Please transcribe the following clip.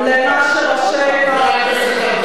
למה שראשי מערכת הביטחון,